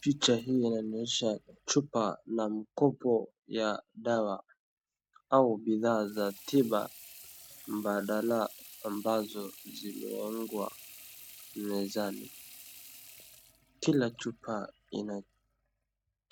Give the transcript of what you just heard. Picha hii inanionyesha chupa na mkopo ya dawa au bidhaa za tiba badala ambazo zimeekwa mezani. Kila chupa